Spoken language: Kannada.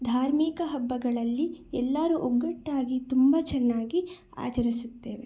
ಧಾರ್ಮಿಕ ಹಬ್ಬಗಳಲ್ಲಿ ಎಲ್ಲರೂ ಒಗ್ಗಟ್ಟಾಗಿ ತುಂಬ ಚೆನ್ನಾಗಿ ಆಚರಿಸುತ್ತೇವೆ